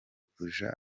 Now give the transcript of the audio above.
kuja